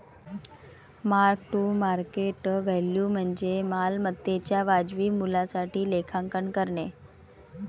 mark to market value म्हणजे मालमत्तेच्या वाजवी मूल्यासाठी लेखांकन करणे